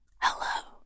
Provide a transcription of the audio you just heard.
hello